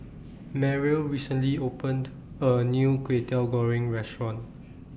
Mariel recently opened A New Kway Teow Goreng Restaurant